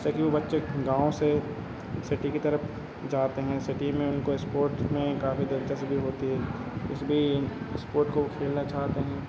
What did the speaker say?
इससे कि वे बच्चे गाँव से सिटी की तरफ जाते हैं सिटी में उनको इस्पॉर्ट्स में काफ़ी दिलचस्पी होती है इसलिए इस्पोर्ट को वे खेलना चाहते हैं